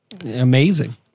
amazing